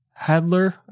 Hadler